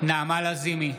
נעמה לזימי,